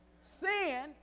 Sin